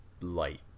light